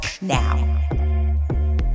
now